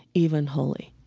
even holy?